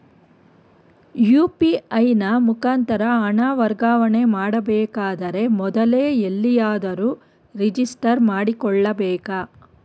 UPI ನ ಮುಖಾಂತರ ಹಣ ವರ್ಗಾವಣೆ ಮಾಡಬೇಕಾದರೆ ಮೊದಲೇ ಎಲ್ಲಿಯಾದರೂ ರಿಜಿಸ್ಟರ್ ಮಾಡಿಕೊಳ್ಳಬೇಕಾ?